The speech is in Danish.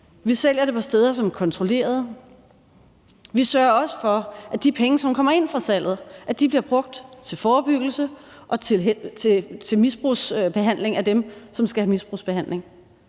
Vi sælger det på steder, som er kontrollerede. Vi sørger også for, at de penge, som kommer ind fra salget, bliver brugt til forebyggelse og til misbrugsbehandling af dem, som skal have misbrugsbehandling,